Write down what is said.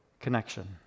connection